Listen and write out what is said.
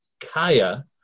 Kaya